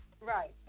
Right